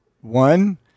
One